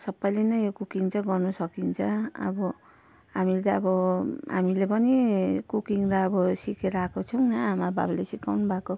सबैले नै यो कुकिङ चाहिँ गर्नु सकिन्छ अब हामीले त अब हामीले पनि कुकिङ त अब सिकेर आएको छैनौँ आमा बाबाले सिकाउनु भएको